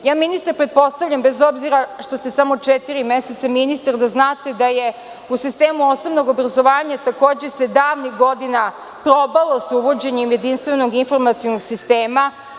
Ministre, pretpostavljam, bez obzira što se samo četiri meseca ministra, da znate da se u sistemu osnovnog obrazovanja takođe davno probalo sa uvođenjem jedinstvenog informacionog sistema.